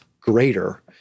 greater